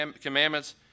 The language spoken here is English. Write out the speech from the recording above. commandments